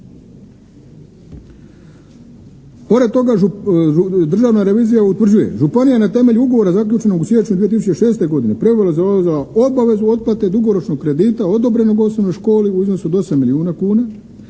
Pored toga Državna revizija utvrđuje: Županija na temelju ugovora zaključenog u siječnju 2006. godine preuzela obavezu otplate dugoročnog kredita odobrenog osnovnoj školi u iznosu od 8 milijuna kuna,